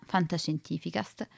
Fantascientificast